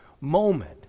moment